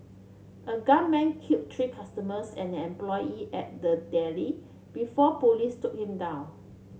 a gunman killed three customers and an employee at the deli before police took him down